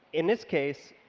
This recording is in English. in this case,